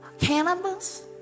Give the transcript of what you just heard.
Cannabis